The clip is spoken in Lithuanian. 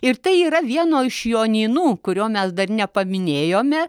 ir tai yra vieno iš jonynų kurio mes dar nepaminėjome